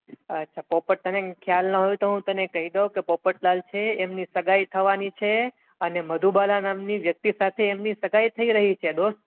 અચ્છા પોપટ તને ખ્યાલ ના હોય તો હું તને કહી દઉં કે પોપટલાલ છે એમની સગાઈ થવાની છે અને મધુબાલા નામની વ્યક્તિ સાથે એમની સગાઈ થઈ રહી છે દોસ્ત